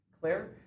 Claire